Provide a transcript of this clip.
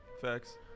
Facts